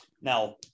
Now